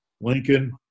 Lincoln